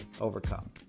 overcome